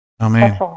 Amen